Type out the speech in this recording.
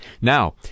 Now